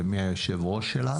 ומי היושב-ראש שלה.